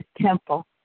temple